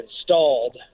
installed